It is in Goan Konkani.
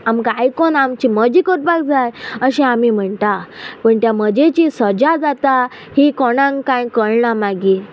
आमकां आयकोन आमची मजी करपाक जाय अशें आमी म्हणटा पूण त्या मजेची सजा जाता ही कोणाक कांय कळना मागीर